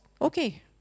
okay